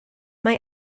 mae